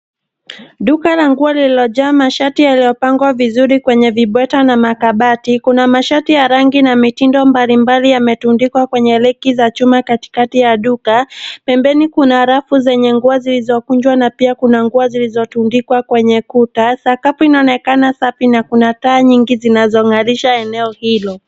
Duka la nguo lililojaa mashati yaliyopangwa vizuri kwenye vibweta na makabati. Kuna mashati ya rangi na mitindi mbali mbali yametundikwa kwenye reki za chuma katikati ya duka. Pembeni kuna rafu zenye nguo zilizokunjwa na pia kuna nguo zilizotundikwa kwenye kuta. Sakafu inaonekana safi na kuna taa nyingi zinazong'arisha eneo hilo.